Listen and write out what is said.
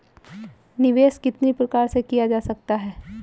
निवेश कितनी प्रकार से किया जा सकता है?